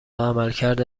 عملکرد